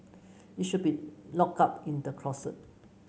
it should be locked up in the closet